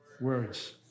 Words